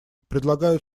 предлагают